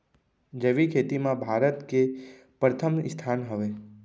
जैविक खेती मा भारत के परथम स्थान हवे